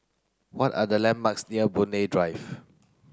what are the landmarks near Boon Lay Drive